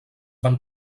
van